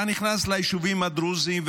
אתה נכנס ליישובים הדרוזיים,